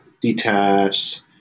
detached